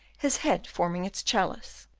his head forming its chalice,